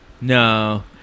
No